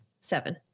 seven